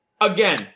again